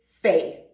faith